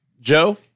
Joe